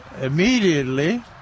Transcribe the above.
immediately